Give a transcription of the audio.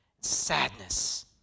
sadness